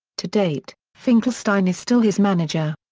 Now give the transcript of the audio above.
to date, finkelstein is still his manager.